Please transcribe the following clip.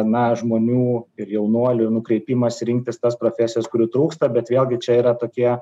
na žmonių ir jaunuolių nukreipimas rinktis tas profesijas kurių trūksta bet vėlgi čia yra tokie